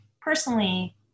Personally